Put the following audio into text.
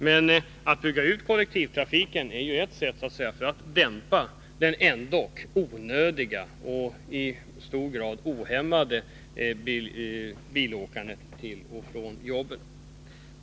Men att bygga ut kollektivtrafiken är ju ett sätt att dämpa det onödiga och i stor utsträckning ohämmade bilåkandet till och från jobbet.